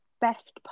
best